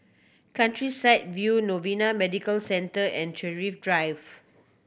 Countryside View Novena Medical Center and Thrift Drive